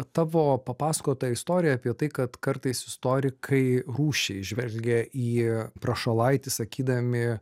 tavo papasakota istorija apie tai kad kartais istorikai rūsčiai žvelgia į prašalaitį sakydami